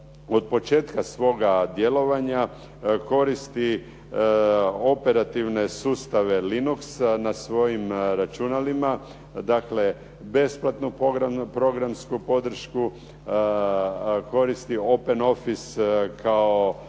od početka svoga djelovanja koristi operativne sustave linux na svojim računalima, dakle besplatnu programsku podršku, koristi open office kao